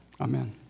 amen